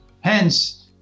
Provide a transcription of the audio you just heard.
Hence